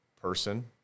person